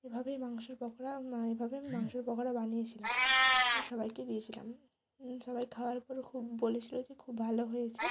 এভাবেই মাংসের পকোড়া এভাবেই আমি মাংসের পকোড়া বানিয়েছিলাম আর সবাইকে দিয়েছিলাম সবাই খাওয়ার পরে খুব বলেছিলো যে খুব ভালো হয়েছে